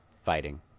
Fighting